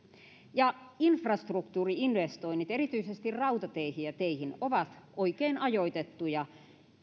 infrastruktuuri investoinnit erityisesti rautateihin ja teihin ovat oikein ajoitettuja